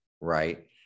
Right